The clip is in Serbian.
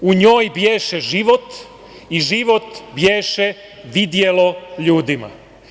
U njoj bješe život i život bješe vidjelo ljudima.